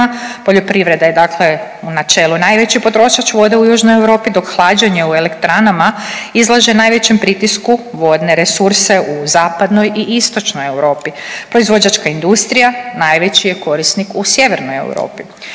poljoprivreda je dakle u načelu najveći potrošač vode u Južnoj Europi, dok hlađenje u elektranama izlaže najvećem pritisku vodne resurse u Zapadnoj i Istočnoj Europi. Proizvođačka industrija najveći je korisnik u Sjevernoj Europi.